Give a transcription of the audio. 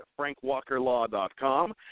frankwalkerlaw.com